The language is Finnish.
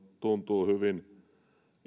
tuntuu hyvin